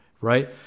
right